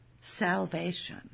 salvation